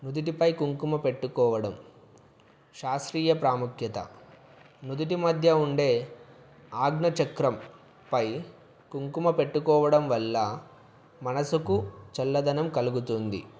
నుదుటిపై కుంకుమ పెట్టుకోవడం శాస్త్రీయ ప్రాముఖ్యత నుదుటి మధ్య ఉండే ఆగ్నచక్రం పై కుంకుమ పెట్టుకోవడం వల్ల మనసుకు చల్లదనం కలుగుతుంది